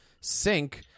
sync